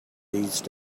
these